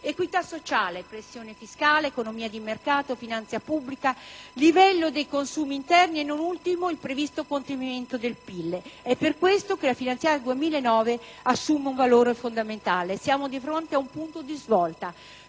Equità sociale, pressione fiscale, economia di mercato, finanza pubblica, livello dei consumi interni e, non ultimo, il previsto contenimento del PIL: sono queste le ragioni che portano la finanziaria 2009 ad assumere un valore fondamentale. Siamo di fronte a un punto di svolta: